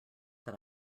that